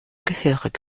gehörig